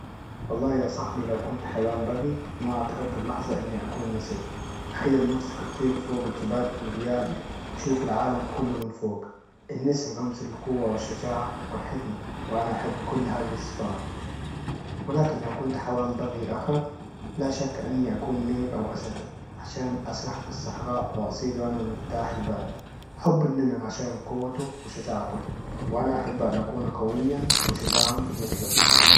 والله يا صاحبي لو كنت حيوان بري! ما أتردد لحظة أني أكون نسر، تخيل نفسك تطير فوق الجبال والوديان وتشوف العالم كله من فوق، النسر رمز للقوة والشجاعة والحكمة! وأنا أحب كل هذه الصفات، ولكن لو كنت حيوان بري آخر لا شك أني أكون نمر أو أسد عشان أسرح في الصحراء وأصيد وأنا مرتاح البال، أحب النمر عشان قوته وشجاعته، وأنا أحب أن أكون قوياً وشجاعا مثله.